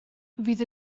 fydd